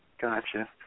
Gotcha